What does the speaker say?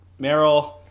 Meryl